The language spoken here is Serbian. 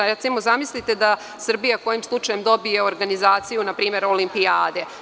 Recimo, zamislite da Srbija kojim slučajem dobije organizaciju Olimpijade.